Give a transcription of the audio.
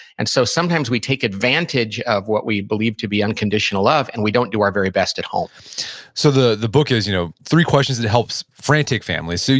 and so, sometimes we take advantage of what we believe to be unconditional love, and we don't do our very best at home so the the book is you know three questions that help frantic families. so